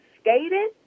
skated